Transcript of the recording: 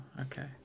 Okay